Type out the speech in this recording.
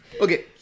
Okay